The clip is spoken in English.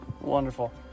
wonderful